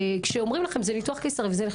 אומרים לכם שזה ניתוח קיסרי